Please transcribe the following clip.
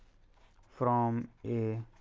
from a